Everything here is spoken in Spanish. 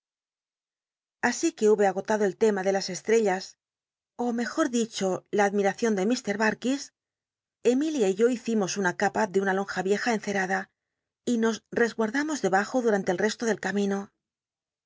así que hube agotado el tenra de las estrellas ó rurjur dicho la admiracion de mr barkis enlilia o hicimos una capa de una lona vieja encerada y nos resguardamos debajo durante el reslo del c